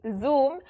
zoom